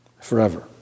forever